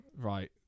right